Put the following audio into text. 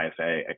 IFA